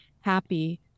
happy